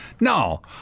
no